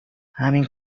همین